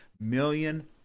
million